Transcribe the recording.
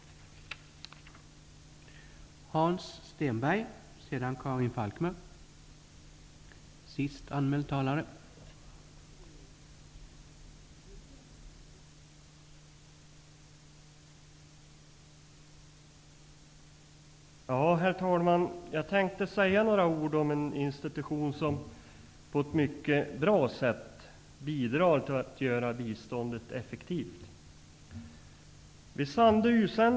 Tack.